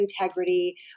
integrity